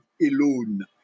alone